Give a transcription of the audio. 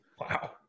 Wow